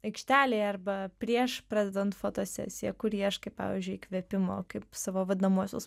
aikštelėj arba prieš pradedant fotosesiją kur ieškai pavyzdžiui įkvėpimo kaip savo vadinamuosius